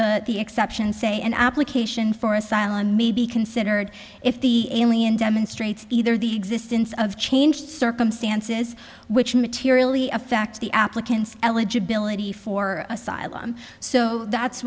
the exception say an application for asylum may be considered if the alien demonstrates either the existence of changed circumstances which materially affect the applicant's eligibility for asylum so that's